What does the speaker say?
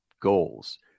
goals